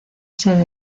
ser